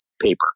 paper